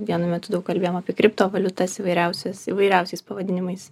vienu metu daug kalbėjom apie kriptovaliutas įvairiausias įvairiausiais pavadinimais